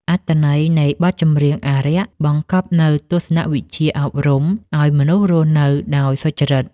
អត្ថន័យនៃបទចម្រៀងអារក្ស បង្កប់នូវទស្សនវិជ្ជាអប់រំឱ្យមនុស្សរស់នៅដោយសុចរិត។